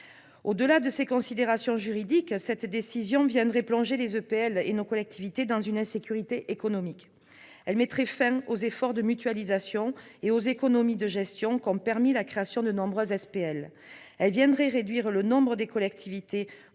Au-delà de ces considérations juridiques, l'entérinement de cette décision viendrait plonger les EPL et nos collectivités dans une insécurité économique. On mettrait fin aux efforts de mutualisation et aux économies de gestion qu'a permis la création de nombreuses SPL. On réduirait le nombre de collectivités